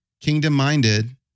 kingdom-minded